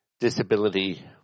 Disability